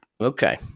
Okay